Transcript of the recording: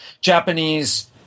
Japanese